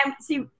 see